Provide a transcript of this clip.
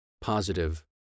positive